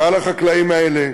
ועל החקלאים האלה,